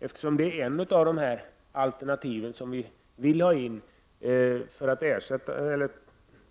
Trädgårdsodlingen är ju ett av de alternativ som finns för att